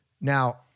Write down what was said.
Now